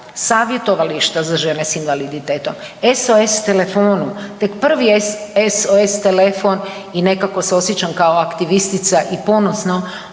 savjetovališta za žene s invaliditetom, SOS telefonu. Tek prvi SOS telefon i nekako se osjećam kao aktivistica i ponosno